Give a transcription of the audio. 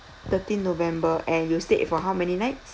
thirteenth november and you stayed for how many nights